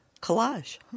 collage